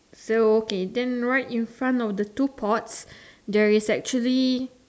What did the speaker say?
so okay then right in front of the two pots there is actually